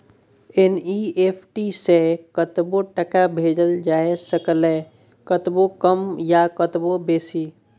NEFT सँ कतबो टका भेजल जाए सकैए कतबो कम या कतबो बेसी